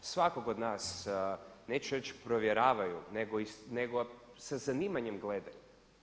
Svakog od nas, neću reći provjeravaju nego sa zanimanjem gledaju.